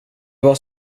vad